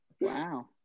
Wow